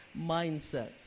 mindset